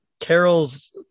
carol's